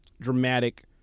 dramatic